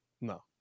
No